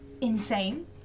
insane